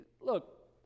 look